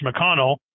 McConnell